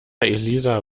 elisa